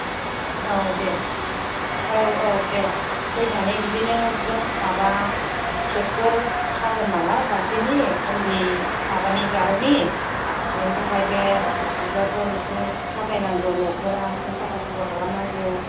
औ दे औ औ दे फैनानै बिदिनो जों माबा केक फोर हागोन नालाय बार्थदे नि उन्दै माबानि जारौनि बेनिथाखाय बे बिबारफोर एसे साजायनांगौ न'फोरा एसे साफा सुफा खालामनांगौ